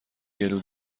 گلو